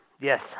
Yes